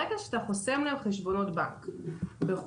ברגע שאתה חוסם להם חשבונות בנק בחו"ל